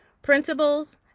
principles